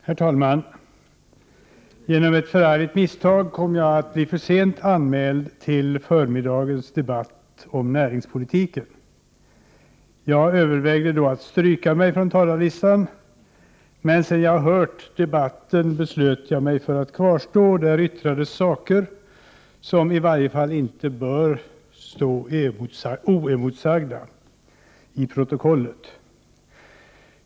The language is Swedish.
Herr talman! På grund av ett förargligt misstag kom jag att bli för sent anmäld till förmiddagens debatt om näringspolitiken. Jag övervägde då att stryka mig från talarlistan, men sedan jag hört debatten beslöt jag mig för att kvarstå. Där yttrades saker som i varje fall inte bör stå oemotsagda i protokollet.